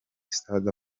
sitade